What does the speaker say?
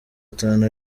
atanu